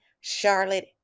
Charlotte